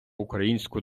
українську